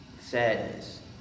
sadness